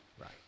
right